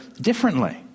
differently